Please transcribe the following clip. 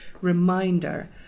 reminder